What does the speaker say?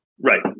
Right